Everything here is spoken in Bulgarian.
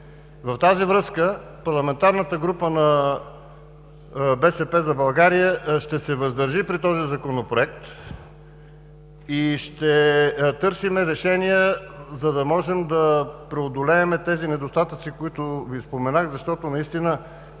В тази връзка парламентарната група на „БСП за България“ ще се въздържи при този законопроект. Ще търсим решения, за да можем да преодолеем тези недостатъци, които Ви споменах, защото